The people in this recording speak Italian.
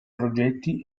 progetti